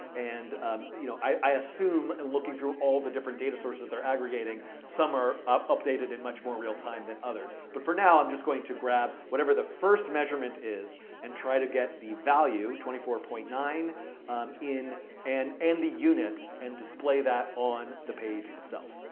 and you know i assume, looking through all the different data sources that they're aggregating, some are updated in much more real time than others. but for now, i'm just going to grab whatever the first measurement is and try to get the value twenty four point nine um and and the units and display that on the page itself.